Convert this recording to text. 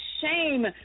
shame